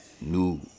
New